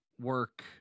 work